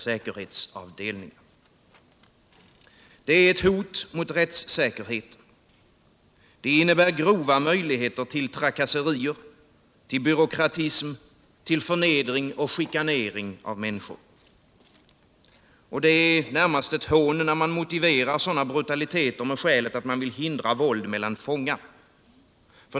säkerhetsavdelningar. De är ett hot mot rättssäkerheten och innebär grova möjligheter till trakasserier, byråkratism, förnedring och chikanering av människor. Det är närmast ett hån, när man motiverar sådana brutaliteter med att man vill hindra våld mellan fångar.